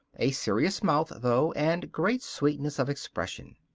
a serious mouth, though, and great sweetness of expression.